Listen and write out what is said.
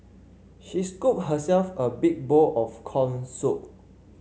she scooped herself a big bowl of corn soup